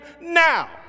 now